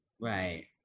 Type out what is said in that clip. right